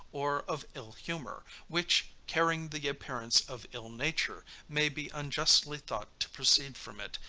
or of ill humor, which, carrying the appearance of ill nature, may be unjustly thought to proceed from it,